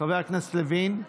חבר הכנסת לוין,